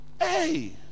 Hey